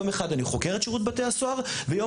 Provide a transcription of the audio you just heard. יום אחד אני חוקר את שירות בתי הסוהר ויום